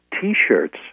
t-shirts